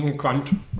ah content